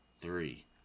three